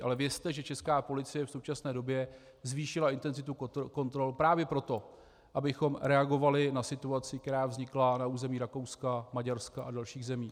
Ale vězte, že česká policie v současné době zvýšila intenzitu kontrol právě proto, abychom reagovali na situaci, která vznikla na území Rakouska, Maďarska a dalších zemí.